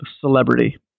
celebrity